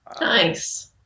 nice